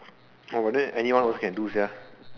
oh then anyone also can do sia